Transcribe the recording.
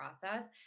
process